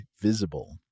Visible